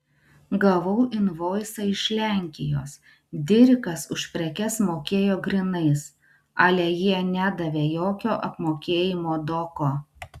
gavau invoisą iš lenkijos dirikas už prekes mokėjo grynais ale jie nedavė jokio apmokėjimo doko